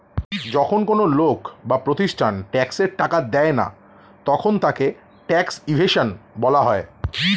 যখন কোন লোক বা প্রতিষ্ঠান ট্যাক্সের টাকা দেয় না তখন তাকে ট্যাক্স ইভেশন বলা হয়